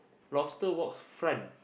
lobster walk front